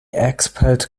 expert